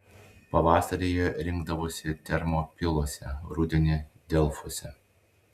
pavasarį jie rinkdavosi termopiluose rudenį delfuose